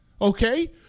okay